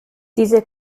diese